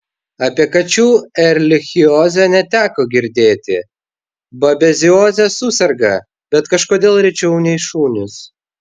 apie kačių erlichiozę neteko girdėti babezioze suserga bet kažkodėl rečiau nei šunys